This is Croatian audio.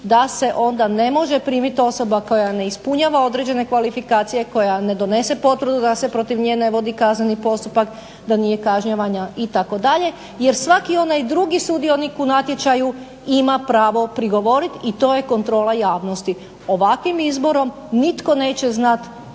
da se ne može onda primiti osoba koja ne ispunjava određene kvalifikacije, koja ne donese potvrdu da se protiv nje ne vodi kazneni postupak, da nije kažnjavana itd., jer svaki onaj drugi sudionik u natječaju ima pravo prigovoriti i to je kontrola javnosti. Ovakvim izborom nitko neće znati